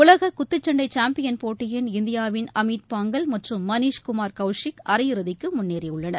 உலக குத்துச்சண்டை சாம்பியன் போட்டியின் இந்தியாவின் அமித் பங்கல் மற்றும் மனீஷ் குமார் கௌஷிக் அரையிறுதிக்கு முன்னேறியுள்ளனர்